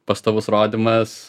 pastovus rodymas